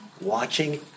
watching